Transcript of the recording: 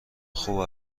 خوب